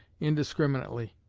indiscriminately,